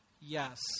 Yes